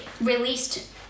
released